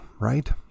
right